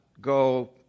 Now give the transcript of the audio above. go